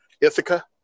Ithaca